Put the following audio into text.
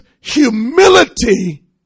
humility